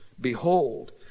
Behold